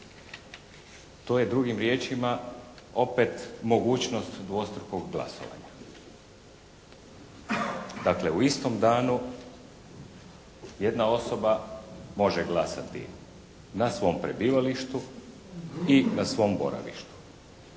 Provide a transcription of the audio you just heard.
To je drugim riječima opet mogućnost dvostrukog glasovanja. Dakle, u istom danu jedna osoba može glasati na svom prebivalištu i na svom boravištu.